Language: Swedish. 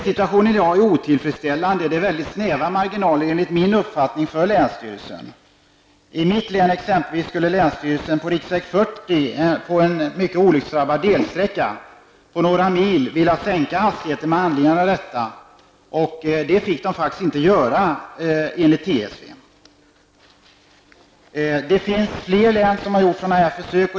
Situationen i dag är otillfredsställande. Det är enligt min uppfattning väldigt snäva marginaler för länsstyrelsen. I mitt län exempelvis skulle länsstyrelsen på riksväg 40 på en mycket olycksdrabbad delsträcka vilja sänka hastigheten. Men det fick den faktiskt inte göra enligt trafiksäkerhetsverket. Det finns flera län som gjort sådana försök.